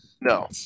no